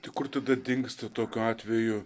tai kur tada dingsta tokiu atveju